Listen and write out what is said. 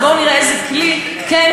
אז בואו נראה איזה כלי יכול,